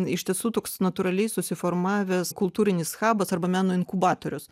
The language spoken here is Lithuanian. iš tiesų toks natūraliai susiformavęs kultūrinis habas arba meno inkubatorius